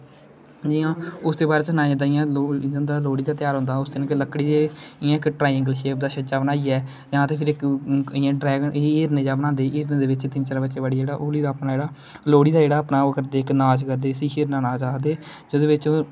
जियां उसदे बारे च सानाय जंदा जियां लिक्खे दा होंदा लोहड़ी दा घ्यार होंदा उस दिन लकड़ी दे इयां इक ट्राइएंगल शेप दा छज्जा बनाइयै जां ते फिर इक इयां ड्रांइग इक हिरण जेहा बनांदे हिरणे दे बिच तिन चार लोहड़ी दा अपना जेहड़ा ओह् करदे नाच करदे इसी हिरणा नाच आखदे जेहदे बिच ओह्